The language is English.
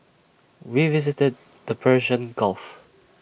we visited the Persian gulf